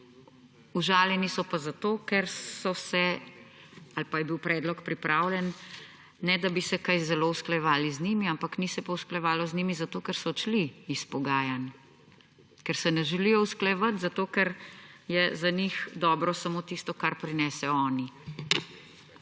Užaljeni so pa zato, ker je bil predlog pripravljen, ne da bi se kaj zelo usklajevali z njimi. Ampak ni se usklajevalo z njimi, zato ker so odšli s pogajanj. Ker se ne želijo usklajevati, zato ker je za njih dobro samo tisto, kar prinesejo oni.